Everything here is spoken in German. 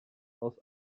aus